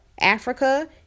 Africa